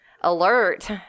alert